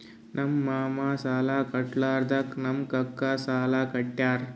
ನಮ್ ಮಾಮಾ ಸಾಲಾ ಕಟ್ಲಾರ್ದುಕ್ ನಮ್ ಕಾಕಾ ಸಾಲಾ ಕಟ್ಯಾರ್